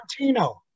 Tarantino